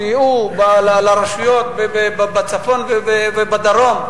סייעו לרשויות בצפון ובדרום,